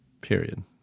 period